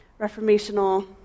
reformational